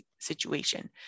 situation